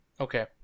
Okay